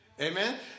Amen